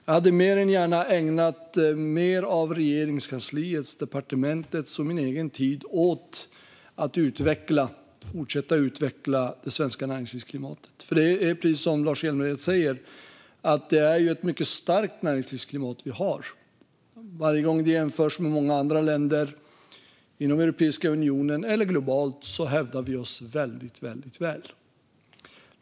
Jag hade mer än gärna ägnat mer av Regeringskansliets, departementets och min egen tid åt att fortsätta att utveckla det svenska näringslivsklimatet. Precis som Lars Hjälmered säger har vi ett mycket starkt näringslivsklimat. Varje gång vi jämförs med många andra länder inom Europeiska unionen eller globalt hävdar vi oss väldigt väl.